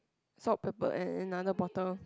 salt pepper an~ another bottle